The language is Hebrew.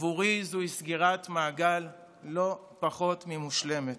עבורי זוהי סגירת מעגל לא פחות ממושלמת.